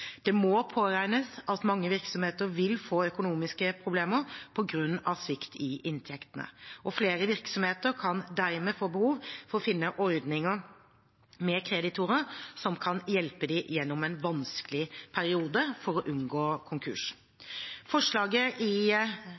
Det må påregnes at mange virksomheter vil få økonomiske problemer på grunn av svikt i inntektene, og flere virksomheter kan dermed få behov for å finne ordninger med kreditorer som kan hjelpe dem gjennom en vanskelig periode for å unngå konkurs. Forslaget er begrunnet i